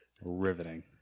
Riveting